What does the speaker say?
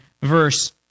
verse